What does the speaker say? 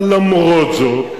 אבל למרות זאת,